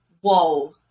whoa